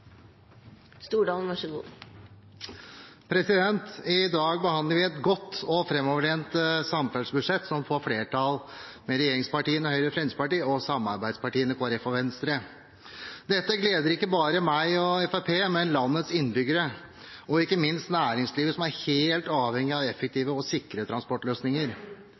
I dag behandler vi et godt og framoverlent samferdselsbudsjett, som får flertall med regjeringspartiene Høyre og Fremskrittspartiet og samarbeidspartiene Kristelig Folkeparti og Venstre. Dette gleder ikke bare meg og Fremskrittspartiet, men landets innbyggere generelt, og ikke minst næringslivet, som er helt avhengig av effektive og sikre transportløsninger.